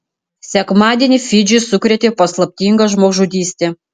sekmadienį fidžį sukrėtė paslaptinga žmogžudystė